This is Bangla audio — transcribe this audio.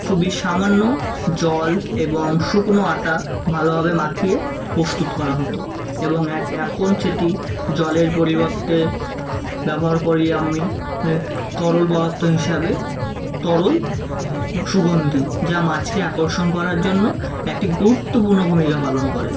খুবই সামান্য জল এবং শুকনো আটা ভালোভাবে মাখিয়ে প্রস্তুত করা হতো এবং এক এখন সেটি জলের পরিবর্তে ব্যবহার করি আমি তরল পদার্থ হিসাবে তরল সুগন্ধী যা মাছকে আকর্ষণ করার জন্য একটি গুরুত্বপূর্ণ ভূমিকা পালন করে